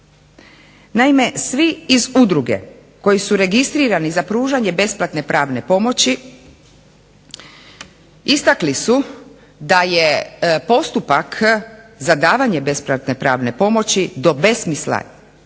Naime, svi iz udruge koji su registrirani za pružanje besplatne pravne pomoći istakli su da je postupak za davanje besplatne pravne pomoći do besmisla